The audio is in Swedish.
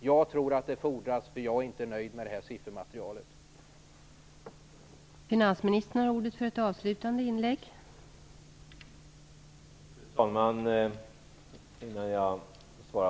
Jag tror, eftersom jag inte är nöjd med det här siffermaterialet, att det fordras något mer.